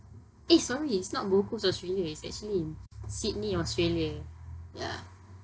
eh sorry it's not gold coast australia it's actually in sydney australia ya